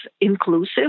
inclusive